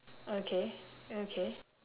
okay okay